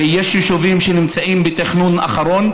ויש ישובים שנמצאים בתכנון אחרון,